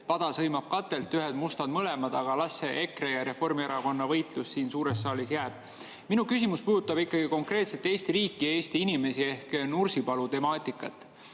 pada sõimab katelt, ühed mustad mõlemad, aga las see EKRE ja Reformierakonna võitlus siin suures saalis jääb. Minu küsimus puudutab ikkagi konkreetselt Eesti riiki ja Eesti inimesi ehk Nursipalu temaatikat.